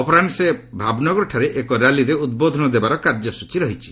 ଅପରାହ୍ରରେ ସେ ଭାବ୍ନଗରଠାରେ ଏକ ର୍ୟାଲିରେ ଉଦ୍ବୋଧନ ଦେବାର କାର୍ଯ୍ୟସ୍ଚୀ ରହିଛି